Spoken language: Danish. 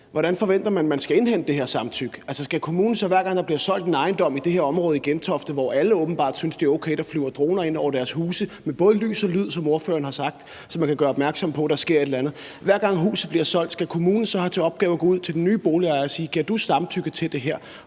Hvordan forventer man at man skal indhente det her samtykke? Altså, skal det så være sådan, at hver gang der bliver solgt en ejendom i det her område i Gentofte, hvor alle åbenbart synes, det er okay, at der flyver droner ind over deres huse – både med lys og lyd, som ordføreren har sagt, så man kan gøre opmærksom på, at der sker et eller andet – skal kommunen så have til opgave at sige til de nye boligejere: Giver du samtykke til det her?